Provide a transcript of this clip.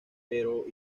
pero